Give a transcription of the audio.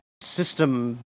system